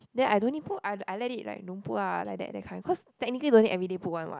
then I don't need put I I let it like don't put ah like that that kind cause technically no need everyday put one what